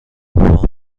بابام